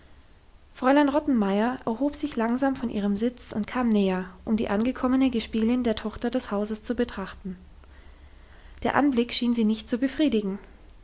fräulein rottenmeier erhob sich langsam von ihrem sitz und kam näher um die angekommene gespielin der tochter des hauses zu betrachten der anblick schien sie nicht zu befriedigen